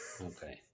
Okay